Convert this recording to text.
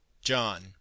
John